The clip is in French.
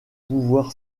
pouvoir